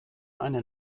eine